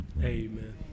Amen